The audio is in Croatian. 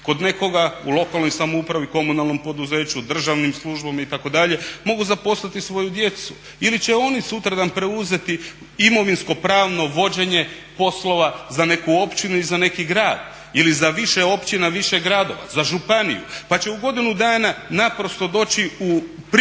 Kod nekoga u lokalnoj samoupravi, komunalnom poduzeću, državnim službama itd., mogu zaposliti svoju djecu ili će oni sutradan preuzeti imovinsko-pravno vođenje poslova za neku općinu i za neki grad ili za više općina, više gradova, za županiju, pa će u godinu dana naprosto doći u priliku